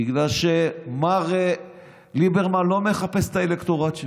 בגלל שמר ליברמן לא מחפש את האלקטורט שם,